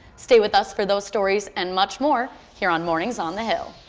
stay with us for those stories and much more here on mornings on the hill.